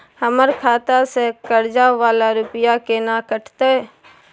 हमर खाता से कर्जा वाला रुपिया केना कटते?